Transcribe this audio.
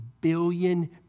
billion